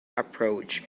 approach